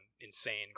insane